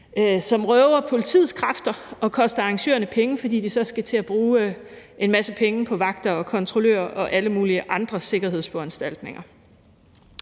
som røver politiets kræfter og koster arrangørerne penge, fordi de så skal til at bruge en masse penge på vagter og kontrollører og alle mulige andre sikkerhedsforanstaltninger.